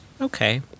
Okay